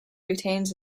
retains